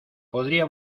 podría